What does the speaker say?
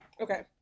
Okay